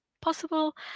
possible